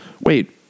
wait